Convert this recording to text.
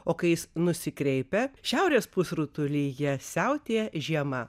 o jis kai nusikreipia šiaurės pusrutulyje jie siautėja žiema